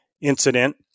incident